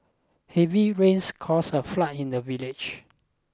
heavy rains caused a flood in the village